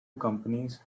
companies